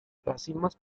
racimos